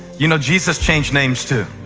you know jesus changed names too,